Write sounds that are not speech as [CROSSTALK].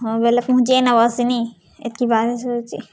ହଁ ବେଲେ ପୁହୁଞ୍ଚିନେବ ସିନି ଏତ୍କି [UNINTELLIGIBLE]